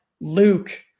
Luke